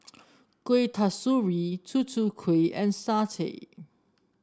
Kuih Kasturi Tutu Kueh and satay